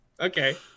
okay